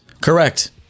Correct